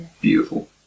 Beautiful